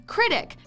Critic